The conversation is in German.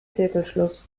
zirkelschluss